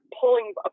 pulling